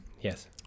Yes